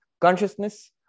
consciousness